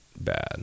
bad